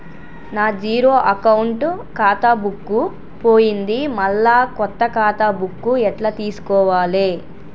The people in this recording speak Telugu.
నా జీరో అకౌంట్ ఖాతా బుక్కు పోయింది మళ్ళా కొత్త ఖాతా బుక్కు ఎట్ల తీసుకోవాలే?